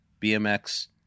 BMX